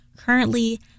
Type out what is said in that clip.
Currently